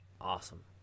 Awesome